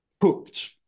hooked